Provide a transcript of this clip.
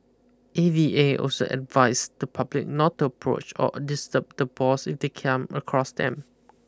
A V A also advised the public not to approach or disturb the boars if they come across them